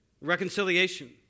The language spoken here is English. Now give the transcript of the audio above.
reconciliation